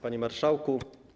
Panie Marszałku!